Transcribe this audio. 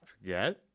Forget